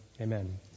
amen